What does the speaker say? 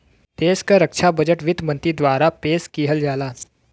देश क रक्षा बजट वित्त मंत्री द्वारा पेश किहल जाला